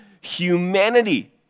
humanity